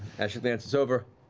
as she glances over,